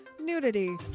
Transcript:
nudity